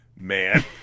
man